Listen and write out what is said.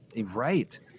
right